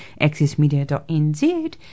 accessmedia.nz